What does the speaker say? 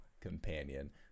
companion